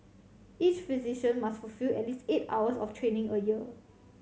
each physician must fulfil at least eight hours of training a year